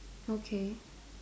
okay